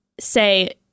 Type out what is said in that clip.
say